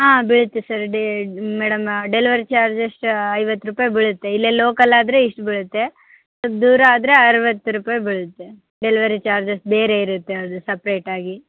ಹಾಂ ಬೀಳುತ್ತೆ ಸರ್ ಡೇ ಮೇಡಮ ಡೆಲ್ವರಿ ಚಾರ್ಜ್ ಎಷ್ಟು ಐವತ್ತು ರೂಪಾಯಿ ಬೀಳುತ್ತೆ ಇಲ್ಲೇ ಲೋಕಲ್ ಆದರೆ ಇಷ್ಟು ಬೀಳುತ್ತೆ ಸ್ವಲ್ಪ ದೂರ ಆದರೆ ಅರ್ವತ್ತು ರೂಪಾಯಿ ಬೀಳುತ್ತೆ ಡೆಲಿವರಿ ಚಾರ್ಜಸ್ ಬೇರೆ ಇರುತ್ತೆ ಅದು ಸಪ್ರೇಟ್ ಆಗಿ